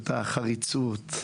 את החריצות.